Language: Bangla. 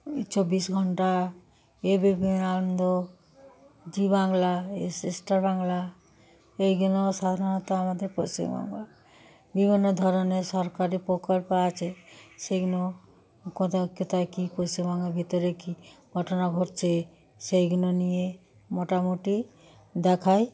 ওই চব্বিশ ঘন্টা A B P Ananda Zee Bangla Star Bangla এইগুলো সাধারণত আমাদের পশ্চিমবঙ্গে বিভিন্ন ধরনের সরকারি প্রকল্প আছে সেইগুলো কোথায় কোথায় কী পশ্চিমবঙ্গের ভিতরে কী ঘটনা ঘটছে সেইগুলো নিয়ে মোটামুটি দেখায়